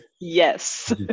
Yes